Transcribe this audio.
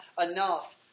enough